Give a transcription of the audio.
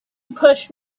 push